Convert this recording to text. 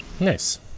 Nice